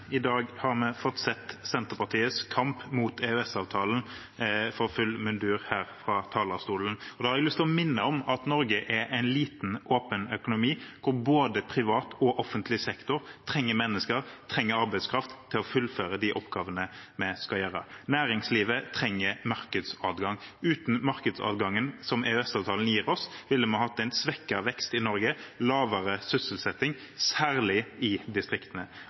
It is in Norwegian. I dag har vi fått se Senterpartiets kamp mot EØS-avtalen for full mundur her fra talerstolen. Da har jeg lyst til å minne om at Norge er en liten, åpen økonomi hvor både privat og offentlig sektor trenger mennesker, trenger arbeidskraft, til å fullføre de oppgavene vi skal gjøre. Næringslivet trenger markedsadgang. Uten markedsadgangen som EØS-avtalen gir oss, ville vi hatt en svekket vekst i Norge og lavere sysselsetting, særlig i distriktene.